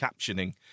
captioning